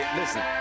listen